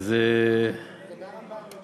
אין לי מחלוקת על זה